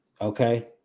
Okay